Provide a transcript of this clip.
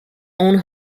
own